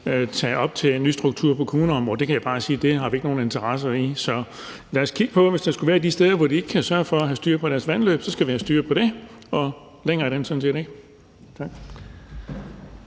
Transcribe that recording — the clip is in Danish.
lægges op til en ny struktur på kommuneområdet, men jeg kan bare sige, at det har vi ikke nogen interesse i. Så lad os kigge på, om der skulle være nogle steder, hvor de ikke sørger for at have styr på deres vandløb, for så skal vi have styr på det, og længere er den sådan set ikke.